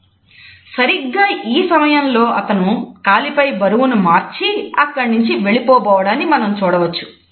" సరిగ్గా ఈ సమయంలో అతను కాలిపై బరువును మార్చి అక్కడ నుండి వెళ్లిపోబోవడాన్ని మనం చూడవచ్చు